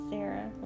Sarah